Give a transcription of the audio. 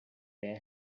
their